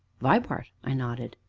vibart! i nodded.